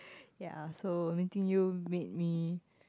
ya so meeting you made me